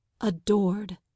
adored